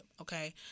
okay